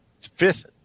fifth